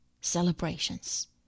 celebrations